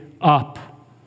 up